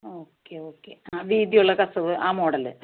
okay okay ആ വീതി ഉള്ള കസവ് ആ മോഡൽ